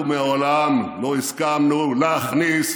אנחנו מעולם לא הסכמנו להכניס